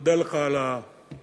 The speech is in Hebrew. מודה לך על התיקון,